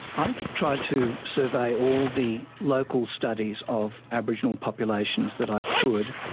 i've tried to survey all the local studies of aboriginal populations that i could,